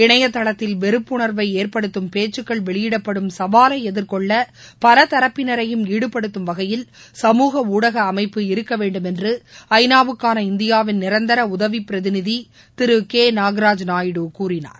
இணையதளத்தில் வெறுப்புணர்வை ஏற்படுத்தும் பேச்சுக்கள் வெளியிடப்படும் சவாலை எதிர்கொள்ள பலதரப்பினரையும் ஈடுபடுத்தும் வகையில் சமூக ஊடக அமைப்பு இருக்க வேண்டுமென்று ஐநாவுக்கான இந்தியாவின் நிரந்தர உதவிப் பிரதிநிதி திரு கே நாகராஜ் நாயுடு கூறினார்